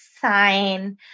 sign